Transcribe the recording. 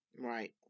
Right